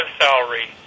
salary